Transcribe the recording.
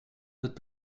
wird